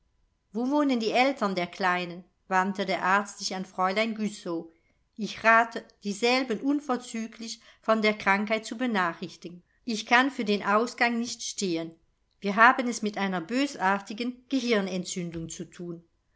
wo wohnen die eltern der kleinen wandte der arzt sich an fräulein güssow ich rate dieselben unverzüglich von der krankheit zu benachrichtigen ich kann für den ausgang nicht stehen wir haben es mit einer bösartigen gehirnentzündung zu thun